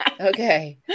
Okay